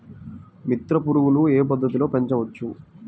మిత్ర పురుగులు ఏ పద్దతిలో పెంచవచ్చు?